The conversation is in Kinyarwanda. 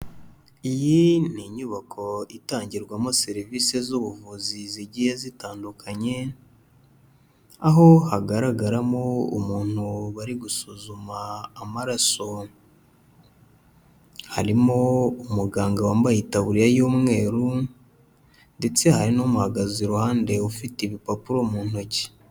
Iyi ni inyubako itangirwamo serivise z'ubuvuzi zigiye zitandukanye, aho hagaragaramo umuntu bari gusuzuma amaraso. Harimo umuganga wambaye itaburiya y'umweru ndetse hari n'umuhagaze iruhande ufite ibipapuro mu ntoki.